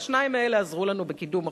והשניים האלה עזרו לנו בקידום החוק,